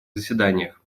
заседаниях